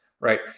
right